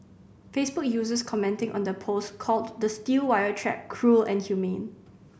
Facebook users commenting on the post called the steel wire trap cruel and inhumane